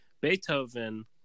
Beethoven